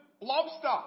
Lobster